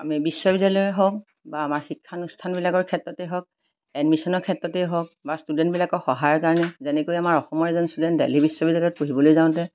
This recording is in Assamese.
আমি বিশ্ববিদ্যালয় হওক বা আমাৰ শিক্ষানুষ্ঠানবিলাকৰ ক্ষেত্ৰতেই হওক এডমিশ্যনৰ ক্ষেত্ৰতেই হওক বা ষ্টুডেণ্টবিলাকৰ সহায়ৰ কাৰণে যেনেকৈ আমাৰ অসমৰ এজন ষ্টুডেণ্ট দেল্হী বিশ্ববিদ্যালয়ত পঢ়িবলৈ যাওঁতে